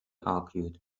argued